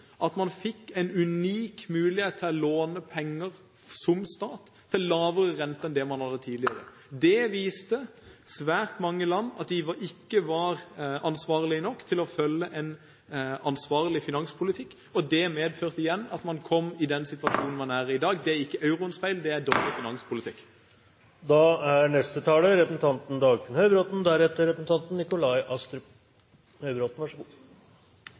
at man fikk en unik mulighet til å låne penger, som stat, til lavere rente enn det man hadde tidligere. Det viste at svært mange land ikke var ansvarlige nok til å føre en ansvarlig finanspolitikk, og det medførte igjen at man kom i den situasjonen man er i i dag. Det er ikke euroens feil, det er dårlig finanspolitikk. La meg først si at jeg synes det var betimelig at det ble bemerket til representanten